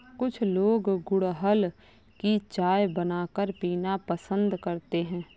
कुछ लोग गुलहड़ की चाय बनाकर पीना पसंद करते है